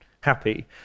happy